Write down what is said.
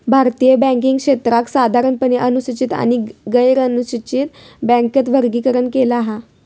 भारतीय बॅन्किंग क्षेत्राक साधारणपणे अनुसूचित आणि गैरनुसूचित बॅन्कात वर्गीकरण केला हा